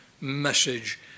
message